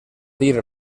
dir